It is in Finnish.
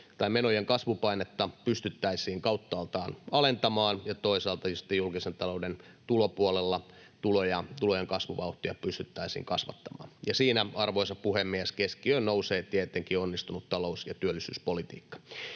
tai menojen kasvupainetta pystyttäisiin kauttaaltaan alentamaan ja toisaalta sitten julkisen talouden tulopuolella tuloja, tulojen kasvuvauhtia, pystyttäisiin kasvattamaan, ja siinä, arvoisa puhemies, keskiöön nousee tietenkin onnistunut talous- ja työllisyyspolitiikka.